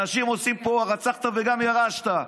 אנשים עושים פה הרצחת וגם ירשת.